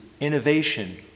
innovation